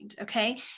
okay